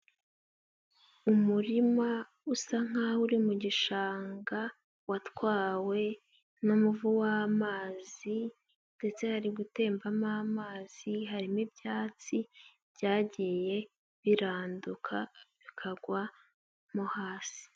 Umurima usa nkaho uri mu gishanga watwawe n'umuvu w'amazi ndetse hari gutembamo amazi, harimo ibyatsi byagiye biranduka bikagwamo hasi.